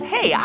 Hey